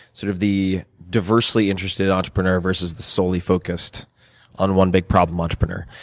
sort of the diversely interested entrepreneur versus the solely focused on one big problem entrepreneur.